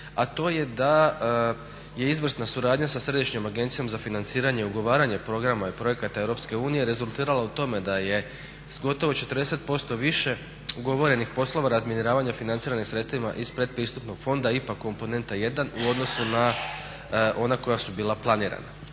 a to je da je izvrsna suradnja sa Središnjom agencijom za financiranje i ugovaranje programa i projekata Europske unije rezultiralo u tome da je s gotovo 40% više ugovorenih poslova razminiravanja financiranim sredstvima iz predpristupnog fonda ipak komponenta 1. u odnosu na ona koja su bila planirana.